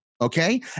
Okay